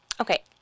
Okay